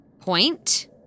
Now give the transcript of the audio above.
point